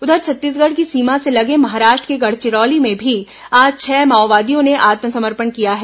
उधर छत्तीसगढ़ की सीमा से लगे महाराष्ट्र के गढ़चिरौली में भी आज छह माओवादियों ने आत्मसमर्पण किया है